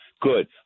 Good